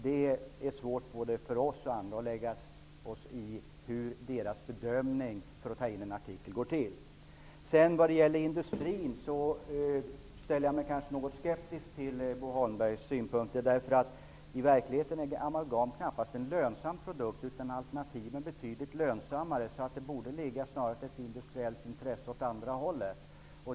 Det är svårt både för oss och för andra att lägga oss i deras bedömningar när det gäller att ta in artiklar. När det gäller industrin ställer jag mig något skeptisk till Bo Holmbergs synpunkter. Amalgam är i verkligheten knappast en lönsam produkt, utan alternativen är betydligt lönsammare. Det borde snarare föreligga ett industriellt intresse åt det andra hållet.